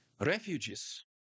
refugees